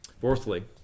Fourthly